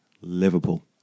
Liverpool